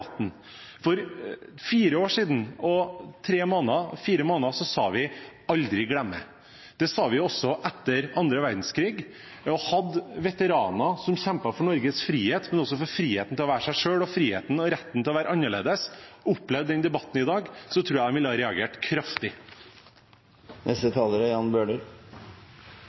debatten. For fire år og fire måneder siden sa vi «aldri glemme». Det sa vi også etter annen verdenskrig, og hadde veteraner som kjempet som for Norges frihet – men også for friheten til å være seg selv og friheten og retten til å være annerledes – opplevd denne debatten i dag, tror jeg de ville ha reagert kraftig.